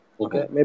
Okay